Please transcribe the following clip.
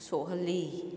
ꯁꯣꯛꯍꯜꯂꯤ